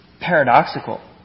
paradoxical